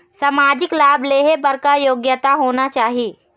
सामाजिक लाभ लेहे बर का योग्यता होना चाही?